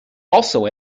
also